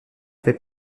fait